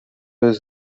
jest